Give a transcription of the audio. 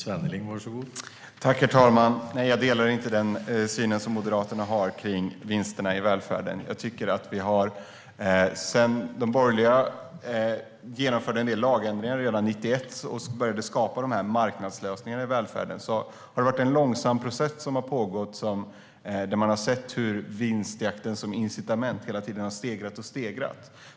Herr talman! Nej, jag delar inte den syn som Moderaterna har på vinsterna i välfärden. Jag tycker att ända sedan 1991, då de borgerliga genomförde en del lagändringar och började skapa de här marknadslösningarna i välfärden, har en långsam process pågått där vinstjakten som incitament hela tiden har stegrats och stegrats.